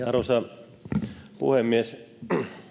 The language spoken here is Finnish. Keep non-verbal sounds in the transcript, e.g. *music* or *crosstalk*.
*unintelligible* arvoisa puhemies